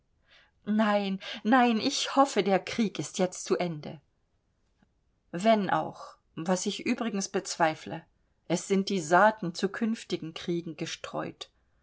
nein nein ich hoffe der krieg ist jetzt zu ende wenn auch was ich übrigens bezweifle es sind die saaten zu künftigen kriegen gestreut